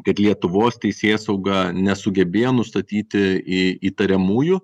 kad lietuvos teisėsauga nesugebėjo nustatyti į įtariamųjų